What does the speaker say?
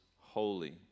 holy